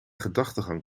gedachtegang